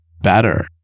better